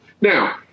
Now